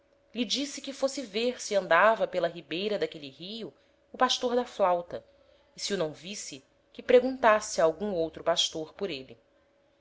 lhe disse que fosse ver se andava pela ribeira d'aquele rio o pastor da flauta e se o não visse que preguntasse a algum outro pastor por êle